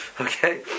Okay